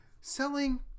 selling